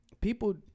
people